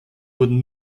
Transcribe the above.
wurden